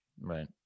Right